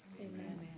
Amen